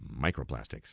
Microplastics